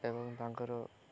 ଏବଂ ତାଙ୍କର